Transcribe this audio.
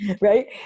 Right